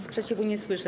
Sprzeciwu nie słyszę.